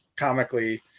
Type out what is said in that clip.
Comically